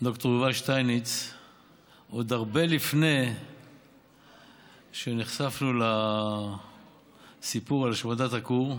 ד"ר יובל שטייניץ עוד הרבה לפני שנחשפנו לסיפור על השמדת הכור,